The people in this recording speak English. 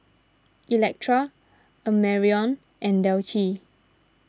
Electra Amarion and Delcie